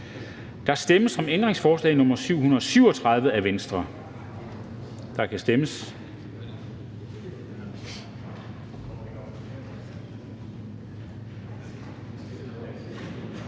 Der stemmes om ændringsforslag nr. 733 af V,